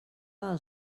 del